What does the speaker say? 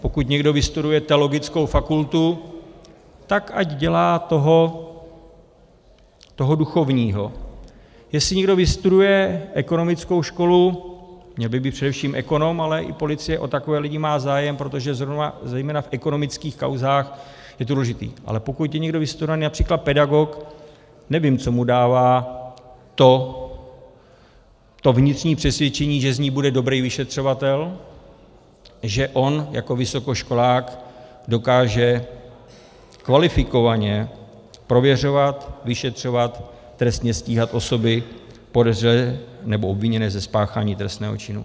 pokud někdo vystuduje teologickou fakultu, tak ať dělá toho duchovního; jestli někdo vystuduje ekonomickou školu, měl by být především ekonom, ale i policie o takové lidi má zájem, protože zejména v ekonomických kauzách je to důležité, ale pokud je někdo vystudovaný například pedagog, nevím, co mu dává to vnitřní přesvědčení, že z něj bude dobrý vyšetřovatel, že on jako vysokoškolák dokáže kvalifikovaně prověřovat, vyšetřovat a trestně stíhat osoby podezřelé nebo obviněné ze spáchání trestného činu.